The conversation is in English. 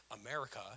America